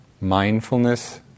mindfulness